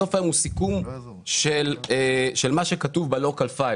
בסוף היום הוא סיכום של מה שכתוב ב- local file.